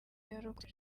yarokotse